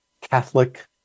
catholic